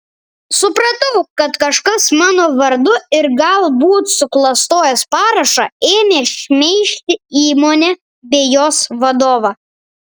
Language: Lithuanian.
supratau kad kažkas mano vardu ir galbūt suklastojęs parašą ėmė šmeižti įmonę bei jos vadovą